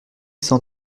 cent